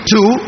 Two